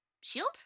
shield